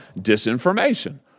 disinformation